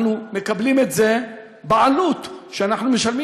אנחנו מקבלים את זה בעלות שאנחנו משלמים